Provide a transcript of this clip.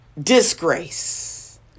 Disgrace